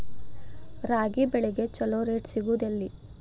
ರಾಗಿ ಬೆಳೆಗೆ ಛಲೋ ರೇಟ್ ಸಿಗುದ ಎಲ್ಲಿ?